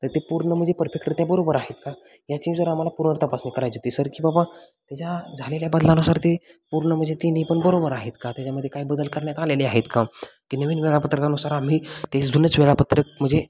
तर ते पूर्ण म्हणजे परफेक्टरीत्या बरोबर आहेत का याची जर आम्हाला पूर्ण तपासणी करायची होती सर की बाबा त्याच्या झालेल्या बदलानुसार ते पूर्ण म्हणजे तीनही पण बरोबर आहेत का त्याच्यामध्ये काय बदल करण्यात आलेले आहेत का की नवीन वेळापत्रकानुसार आम्ही तेच जुनंच वेळापत्रक म्हणजे